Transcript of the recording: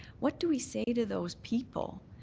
what do we say to those people